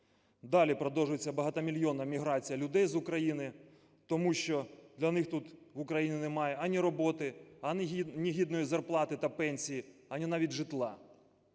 Далі продовжується багатомільйонна міграція людей з України, тому що для них тут в Україні немає ані роботи, ані гідної зарплати та пенсії, ані навіть житла.